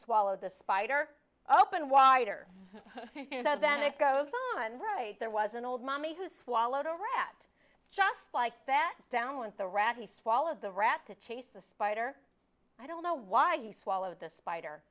swallowed the spider open wider then it goes on right there was an old mommy who swallowed a rat just like that down with the rat he swallowed the rat to chase the spider i don't know why you swallowed the spider